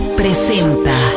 presenta